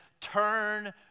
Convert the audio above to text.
Turn